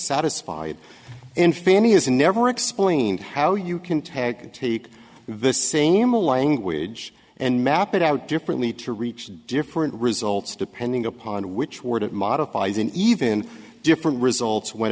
satisfied and fanny is never explained how you can tag take the same language and map it out differently to reach different results depending upon which word it modifies and even different results when